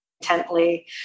intently